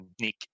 Nick